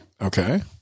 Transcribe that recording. Okay